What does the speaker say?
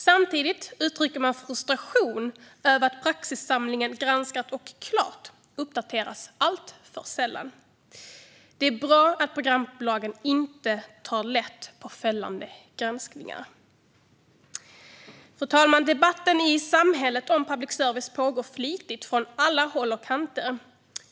Samtidigt uttrycker man frustation över att praxissamlingen Granskat och klart uppdateras alltför sällan. Det är bra att programbolagen inte tar lätt på fällande granskningar. Fru talman! Debatten i samhället om public service pågår flitigt från alla håll och kanter.